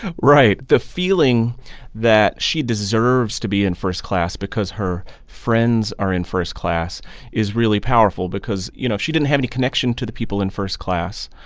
right. the feeling that she deserves to be in first class because her friends are in first class is really powerful because, you know, if she didn't have any connection to the people in first class,